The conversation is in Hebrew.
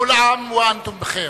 כול עאם ואנתום בח'יר.